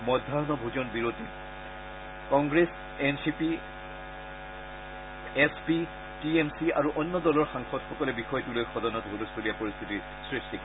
মধ্যাহ্য ভোজন বিৰতীৰ পাছতো Congress S P N C P T M C আৰু অন্য দলৰ সাংসদসকলে বিষয়টো লৈ সদনত ছলস্থলীয়া পৰিস্থিতিৰ সৃষ্টি কৰে